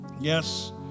Yes